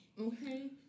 Okay